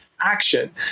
Action